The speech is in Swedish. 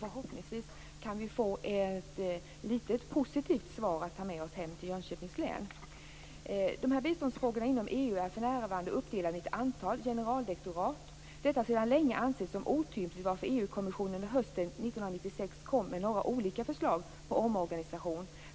Förhoppningsvis kan jag få ta med mig ett positivt svar hem till Jönköpings län. Dessa biståndsfrågor inom EU är för närvarande uppdelade i ett antal generaldirektorat. Detta anses sedan länge som otympligt, varför EU-kommissionen hösten 1996 kom med några olika förslag på omorganisation.